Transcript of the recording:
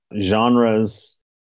genres